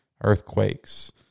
earthquakes